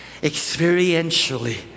experientially